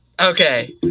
Okay